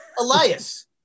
Elias